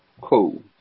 Cool